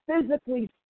physically